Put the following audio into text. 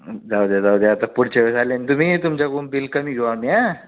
जाऊ द्या जाऊ द्या आता पुढच्या वेळेस आले ना तुम्ही तुमच्याकडून बिल कमी घेऊ आम्ही आं